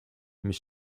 mis